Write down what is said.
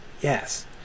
yes